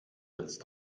jetzt